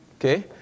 okay